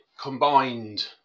combined